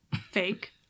fake